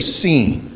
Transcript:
seen